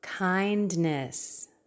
Kindness